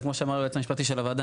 כמו שאמר היועץ המשפטי של הוועדה,